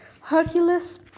Hercules